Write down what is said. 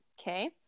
okay